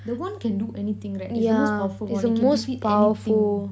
the wand can do anything right is the most powerful wand it can defeat anything